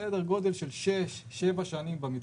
סדר גודל של 6, 7 שנים במצטבר,